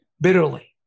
bitterly